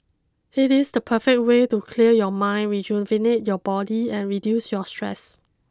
it is the perfect way to clear your mind rejuvenate your body and reduce your stress